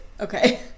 okay